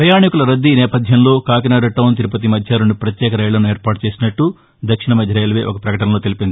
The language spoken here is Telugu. ప్రపయాణికుల రద్దీక నేపథ్యంలో కాకినాడటౌన్ తిరుపతి మధ్య రెండు పత్యేక రైళ్ళను ఏర్పాటు చేసినట్ల దక్షిణ మధ్య రైల్వే ఒక పకటనలో తెలిపింది